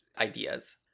ideas